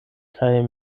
kaj